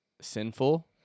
sinful